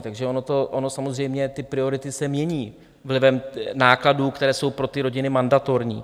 Takže ono samozřejmě ty priority se mění vlivem nákladů, které jsou pro ty rodiny mandatorní.